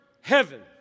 heaven